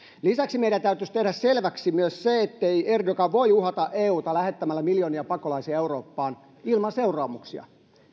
lisäksi meidän täytyisi tehdä selväksi myös se ettei erdogan voi uhata euta lähettämällä miljoonia pakolaisia eurooppaan ilman seuraamuksia